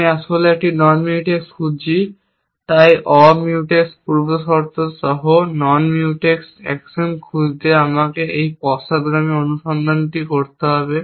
আমি আসলে non mutex খুঁজছি তাই অ মিউটেক্স পূর্বশর্ত সহ নন মিউটেক্স অ্যাকশন খুঁজতে আমাকে এই পশ্চাদগামী অনুসন্ধানটি করতে হবে